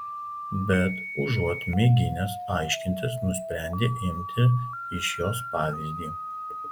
bet užuot mėginęs aiškintis nusprendė imti iš jos pavyzdį